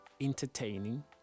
entertaining